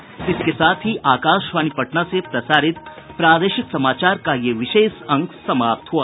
इसके साथ ही आकाशवाणी पटना से प्रसारित प्रादेशिक समाचार का ये अंक समाप्त हुआ